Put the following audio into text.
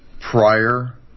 prior